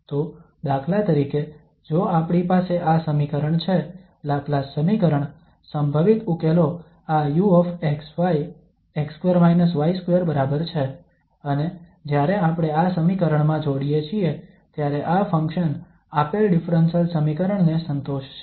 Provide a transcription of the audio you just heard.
તો દાખલા તરીકે જો આપણી પાસે આ સમીકરણ છે લાપ્લાસ સમીકરણ સંભવિત ઉકેલો આ uxy x2 y2 બરાબર છે અને જ્યારે આપણે આ સમીકરણમાં જોડીએ છીએ ત્યારે આ ફંક્શન આપેલ ડિફરન્સલ સમીકરણ ને સંતોષશે